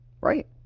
right